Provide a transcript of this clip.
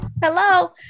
hello